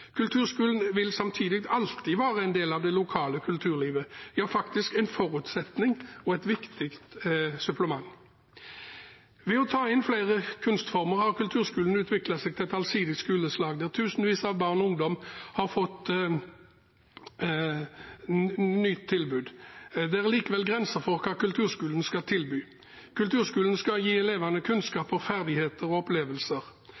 Kulturskolen vil samtidig alltid være en del av det lokale kulturlivet – ja, faktisk en forutsetning og et viktig supplement. Ved å ta inn flere kunstformer har kulturskolen utviklet seg til et allsidig skoleslag der tusenvis av barn og ungdom har fått et nytt tilbud. Det er likevel grenser for hva kulturskolen skal tilby. Kulturskolen skal gi elevene